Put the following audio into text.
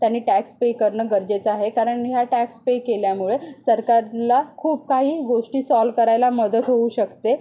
त्यांनी tax pay करणं गरजेचं आहे कारण ह्या टॅक्स पे केल्यामुळं सरकारला खूप काही गोष्टी सॉल्व करायला मदत होऊ शकते